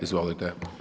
Izvolite.